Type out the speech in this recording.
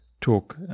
talk